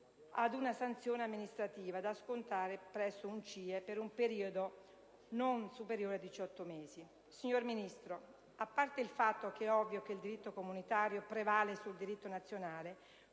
Signor Ministro, a parte il fatto che è ovvio che il diritto comunitario prevale sul diritto nazionale,